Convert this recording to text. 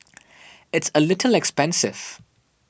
it's a little expensive